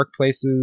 workplaces